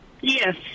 Yes